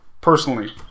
personally